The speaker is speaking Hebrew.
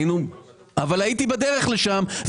אבל הייתי בדרך לשם.